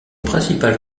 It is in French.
principal